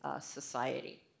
society